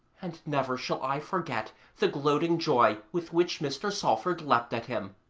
and never shall i forget the gloating joy with which mr. salford leapt at him.